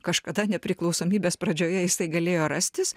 kažkada nepriklausomybės pradžioje jisai galėjo rastis